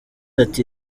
ati